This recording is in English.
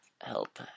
help